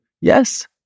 Yes